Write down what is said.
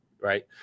Right